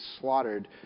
slaughtered